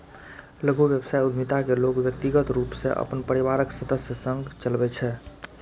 लघु व्यवसाय उद्यमिता कें लोग व्यक्तिगत रूप सं अपन परिवारक सदस्य संग चलबै छै